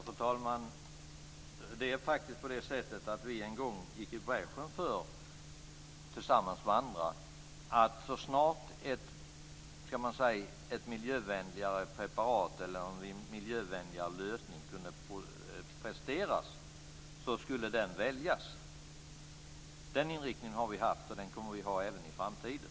Fru talman! Vi gick en gång, tillsammans med andra, i bräschen för att så snart ett miljövänligare preparat eller en miljövänligare lösning kunde presteras skulle den väljas. Den inriktningen har vi haft, och den kommer vi att ha även i framtiden.